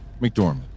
McDormand